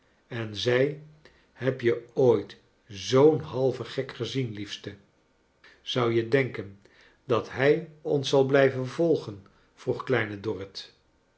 en zei heb je ooit zoo'n halven gek gezien liefste zou je denken dat hij ons zal blijven volgenf vroeg kleine dorrit